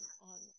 on